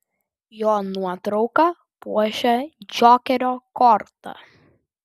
jo nuotrauka puošia džokerio kortą